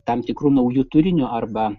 tam tikru nauju turiniu arba